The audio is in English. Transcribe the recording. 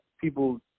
People